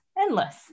endless